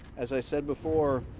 as i said before